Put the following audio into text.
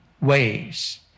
ways